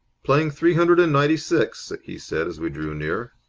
playing three hundred and ninety-six, he said, as we drew near.